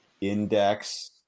index